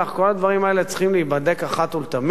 כל הדברים האלה צריכים להיבדק אחת ולתמיד.